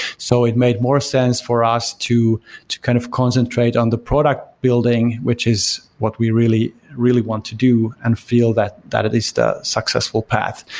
so it made more sense for us to to kind of concentrate on the product building, which is what we really really want to do and feel that that at least a successful path.